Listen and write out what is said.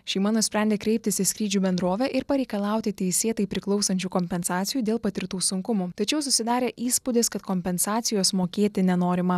šeima nusprendė kreiptis į skrydžių bendrovę ir pareikalauti teisėtai priklausančių kompensacijų dėl patirtų sunkumų tačiau susidarė įspūdis kad kompensacijos mokėti nenorima